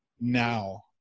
now